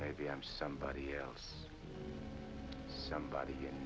maybe i'm somebody else somebody you